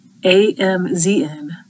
AMZN